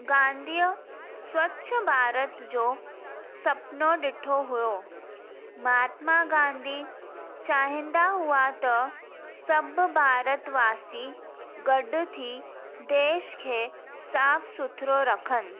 गांधीअ स्वच्छ भारत जो सपिनो ॾिठो हुयो महात्मा गांधी चाहिंदा हुआ त सभ भारतवासी गॾु थी देश खे साफ़ सुथरो रखनि